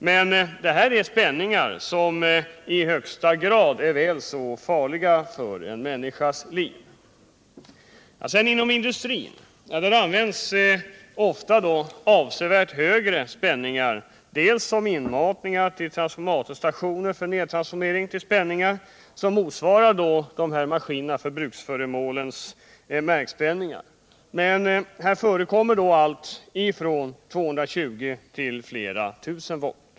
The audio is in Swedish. Men detta är spänningar som är väl så farliga för människans liv. Inom industrin används ofta avsevärt högre spänningar, t.ex. som inmatningar till transformatorstationer för nertransformering till spänningar som motsvarar maskinernas eller andra förbrukningsartiklars märkspänningar. Här förekommer allt från 220 volt till flera tusen volt.